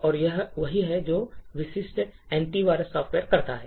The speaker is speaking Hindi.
तो यह वही है जो विशिष्ट एंटीवायरस सॉफ़्टवेयर करता है